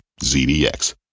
ZDX